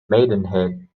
maidenhead